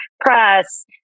press